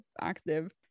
active